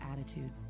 attitude